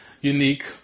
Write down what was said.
unique